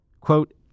Quote